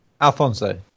Alfonso